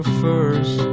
first